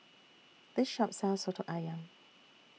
This Shop sells Soto Ayam